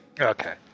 Okay